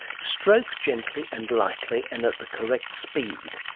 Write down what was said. stroke gently and lightly and at the correct speed.